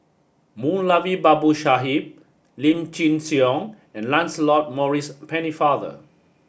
Moulavi Babu Sahib Lim Chin Siong and Lancelot Maurice Pennefather